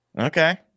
Okay